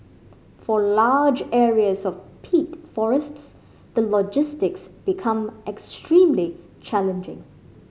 for large areas of peat forests the logistics become extremely challenging